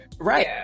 right